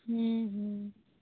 ᱦᱩᱸ ᱦᱩᱸ